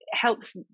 helps